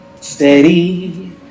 Steady